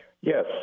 Yes